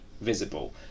visible